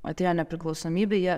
atėjo nepriklausomybė jie